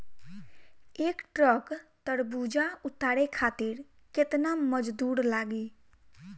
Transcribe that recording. एक ट्रक तरबूजा उतारे खातीर कितना मजदुर लागी?